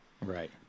Right